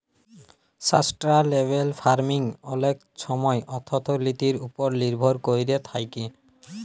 sustainable farming অলেক ছময় অথ্থলিতির উপর লির্ভর ক্যইরে থ্যাকে